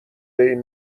این